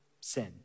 sin